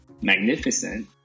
magnificent